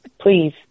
Please